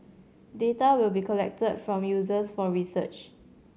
data will be collected from users for research